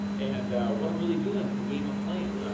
and what i'm really doing, and the game i'm playing.